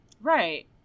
right